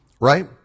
right